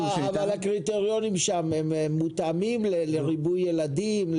אבל הקריטריונים שם הם מותאמים לריבוי ילדים,